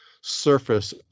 surface